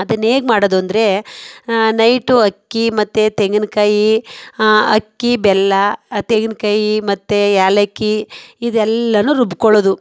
ಅದನ್ಹೇಗೆ ಮಾಡೋದು ಅಂದರೆ ನೈಟು ಅಕ್ಕಿ ಮತ್ತು ತೆಂಗಿನಕಾಯಿ ಅಕ್ಕಿ ಬೆಲ್ಲ ತೆಂಗಿನಕಾಯಿ ಮತ್ತು ಏಲಕ್ಕಿ ಇದೆಲ್ಲವೂ ರುಬ್ಕೊಳ್ಳೋದು